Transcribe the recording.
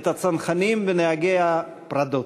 את הצנחנים ונהגי הפרדות.